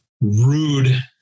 rude